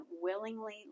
willingly